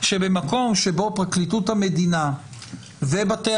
שבמקום שבו פרקליטות המדינה ובתי